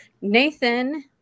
Nathan